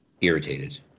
irritated